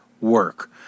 work